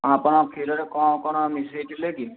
ଆପଣ କ୍ଷୀରରେ କଣ କଣ ମିଶେଇଥିଲେ କି